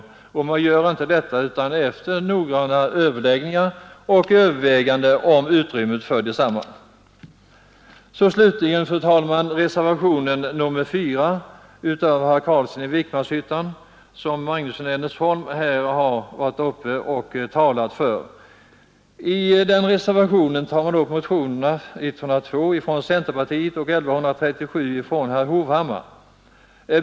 Dessa organisationer gör inte detta utan ingående överläggningar och noggranna överväganden om utrymmet för uttagen. Slutligen, fru talman, några ord om reservationen 4 av herr Carlsson i Vikmanshyttan som herr Magnusson i Nennesholm har talat för. I den reservationen tar man upp motionerna 102 från centerpartiet och 137 från herr Hovhammar.